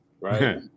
right